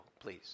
please